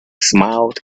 smiled